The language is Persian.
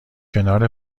کنار